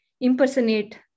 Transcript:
impersonate